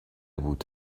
بود